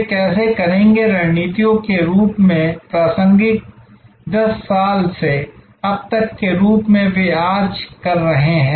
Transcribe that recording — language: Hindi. वे कैसे करेंगे रणनीतियों के रूप में प्रासंगिक 10 साल से अब के रूप में वे आज कर रहे हैं